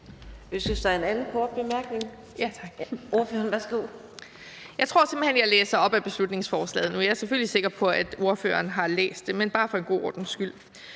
Jeg tror simpelt hen, at jeg læser op af beslutningsforslaget. Jeg er selvfølgelig sikker på, at ordføreren har læst det, men bare for en god ordens skyld: